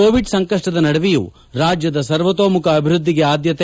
Covid ಸಂಕಷ್ಟದ ನದುವೆಯೂ ರಾಜ್ಯದ ಸರ್ವತೋಮುಖ ಅಭಿವೃದ್ದಿಗೆ ಆದ್ಯತೆ